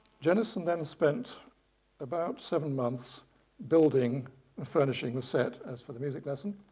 jenison then spent about seven months building and furnishing the set as for the music lesson.